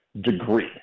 degree